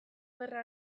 gerra